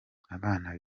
abana